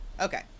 Okay